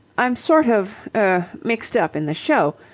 i'm sort of er mixed up in the show.